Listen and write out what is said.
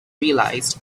realized